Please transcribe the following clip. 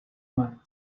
mano